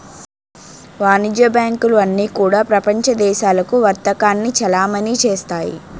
వాణిజ్య బ్యాంకులు అన్నీ కూడా ప్రపంచ దేశాలకు వర్తకాన్ని చలామణి చేస్తాయి